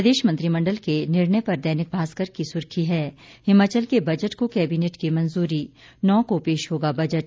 प्रदेश मंत्रिमंडल के निर्णय पर दैनिक भास्कर की सुर्खी है हिमाचल के बजट को कैबिनेट की मंजूरी नौ को पेश होगा बजट